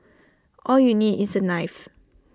all you need is A knife